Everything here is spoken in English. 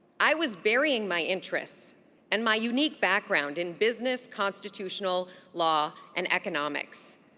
i was burying my interests and my unique background in business, constitutional law, and economics.